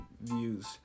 views